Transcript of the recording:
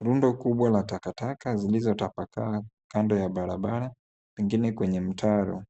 Rundo kubwa la takataka zilizotapakaa kando ya barabara, pengine kwenye mtaro.